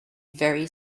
very